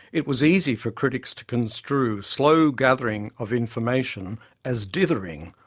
it was easy for critics to construe slow gathering of information as dithering,